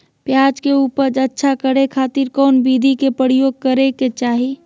प्याज के उपज अच्छा करे खातिर कौन विधि के प्रयोग करे के चाही?